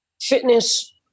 fitness